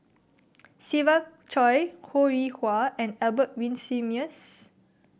Siva Choy Ho Rih Hwa and Albert Winsemius